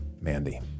Mandy